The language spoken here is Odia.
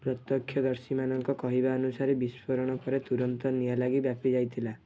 ପ୍ରତ୍ୟକ୍ଷଦର୍ଶୀମାନଙ୍କ କହିବା ଅନୁସାରେ ବିସ୍ଫୋରଣ ପରେ ତୁରନ୍ତ ନିଆଁ ଲାଗି ବ୍ୟାପିଯାଇଥିଲା